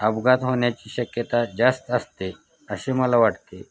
अपघात होण्याची शक्यता जास्त असते असे मला वाटते